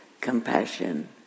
compassion